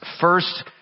First